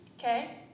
Okay